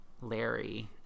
Larry